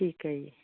ਠੀਕ ਹੈ ਜੀ